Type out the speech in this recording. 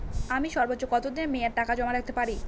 আমি সর্বোচ্চ কতদিনের মেয়াদে টাকা জমা রাখতে পারি?